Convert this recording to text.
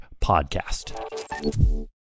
podcast